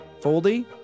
Foldy